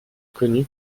connu